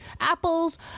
apples